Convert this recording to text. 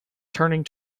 turning